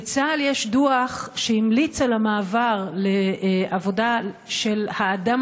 בצה"ל יש דוח שהמליץ על המעבר לעבודה של האדם